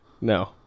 No